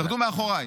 תתאחדו מאחוריי,